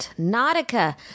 nautica